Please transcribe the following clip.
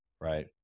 Right